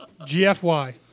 GFY